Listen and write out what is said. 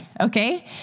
okay